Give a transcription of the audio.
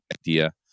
idea